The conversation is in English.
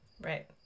Right